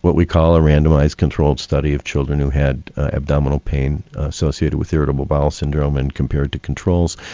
what we call a randomised controlled study of children who had abdominal pain associated with irritable bowel syndrome and compared to controls.